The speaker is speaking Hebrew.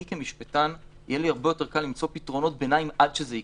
לי כמשפטן יהיה לי הרבה יותר קל למצוא פתרונות ביניים עד שזה יקרה.